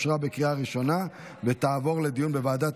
אושרה בקריאה ראשונה ותעבור לדיון בוועדת